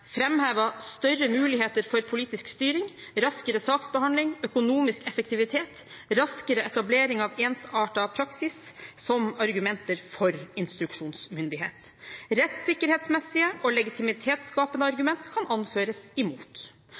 større mulighet for politisk styring, raskere saksbehandling, økonomisk effektivitet og raskere etablering av ensartet praksis som argumenter for instruksjonsmyndighet. Rettssikkerhetsmessige og legitimitetsskapende argument kan anføres imot.